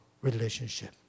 relationship